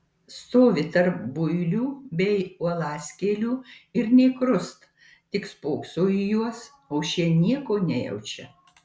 stovi tarp builių bei uolaskėlių ir nė krust tik spokso į juos o šie nieko nejaučia